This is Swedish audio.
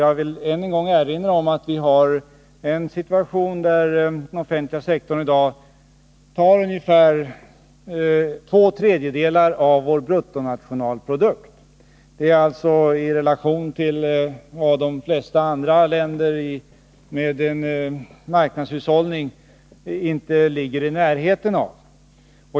Jag vill än en gång erinra om att den offentliga sektorn i dag tar två tredjedelar av vår bruttonationalprodukt. Det ligger de flesta andra länder med marknadshushållning inte ens i närheten av.